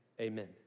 amen